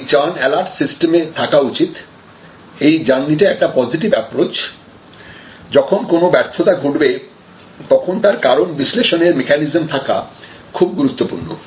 এই churn alert system থাকা উচিত এই জার্নিটা একটা পজেটিভ অ্যাপ্রচ যখন কোন ব্যর্থতা ঘটবে তখন তার কারণ বিশ্লেষণ এর মেকানিজম থাকা খুব গুরুত্বপূর্ণ